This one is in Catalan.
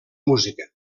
música